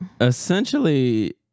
Essentially